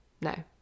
no